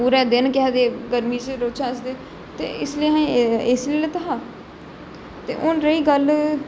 पूरे दिन केह् आक्खदे गर्मी च रौहंचे अस ते ते इसलै एसी लेई लैता हा ते हून रेही गल्ल